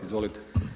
Izvolite.